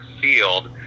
field